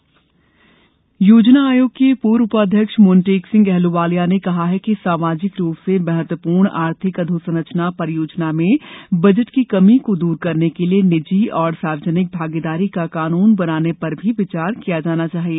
कार्यशाला योजना आयोग के पूर्व उपाध्यक्ष मोटेंक सिंह अहलुवालिया ने कहा कि सामाजिक रूप से महत्वपूर्ण आर्थिक अधोसंरचना परियोजनाओं में बजट की कमी को दूर करने के लिए निजी और सार्वजनिक भागीदारी का कानून बनाने पर भी विचार किया जाना चाहिए